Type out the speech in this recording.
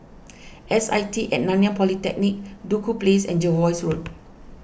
S I T at Nanyang Polytechnic Duku Place and Jervois Road